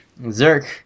Zerk